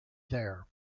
there